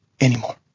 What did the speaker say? anymore